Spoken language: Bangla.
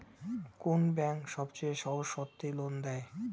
কোন ব্যাংক সবচেয়ে সহজ শর্তে লোন দেয়?